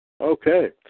Okay